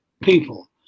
people